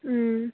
మ్మ్